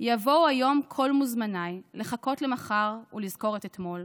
יבואו היום כל מוזמניי / לחכות למחר ולזכור את אתמול.